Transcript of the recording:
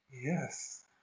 Yes